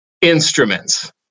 instruments